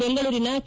ಬೆಂಗಳೂರಿನ ಕೆ